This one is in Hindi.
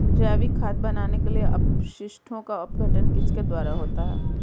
जैविक खाद बनाने के लिए अपशिष्टों का अपघटन किसके द्वारा होता है?